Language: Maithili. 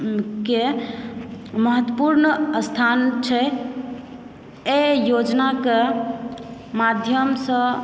के महत्वपूर्ण स्थान छै ए योजनाके माध्यमसँ